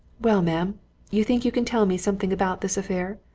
well, ma'am you think you can tell me something about this affair?